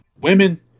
Women